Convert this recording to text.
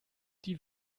die